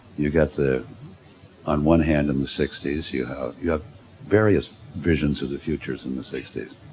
you get the on one hand in the sixty s you have you have various visions of the futures in the sixty s.